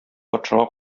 патшага